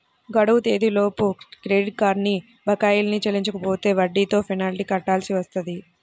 గడువు తేదీలలోపు credit card బకాయిల్ని చెల్లించకపోతే వడ్డీతో పెనాల్టీ కట్టాల్సి వత్తది